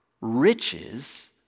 riches